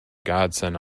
godsend